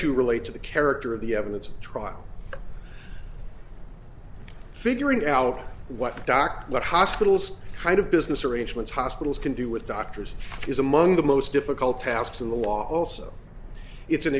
two relate to the character of the evidence trial figuring out what dark what hospitals kind of business arrangements hospitals can do with doctors is among the most difficult tasks in the law also it's an